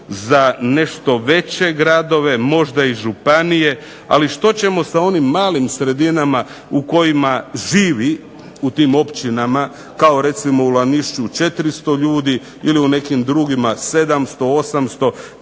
za nešto veće gradove, možda i županije, ali što ćemo sa onim malim sredinama u kojima živi u tim općinama, kao recimo u Lanišću 400 ljudi ili u nekim drugima 700, 800,